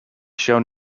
shown